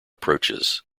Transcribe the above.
approaches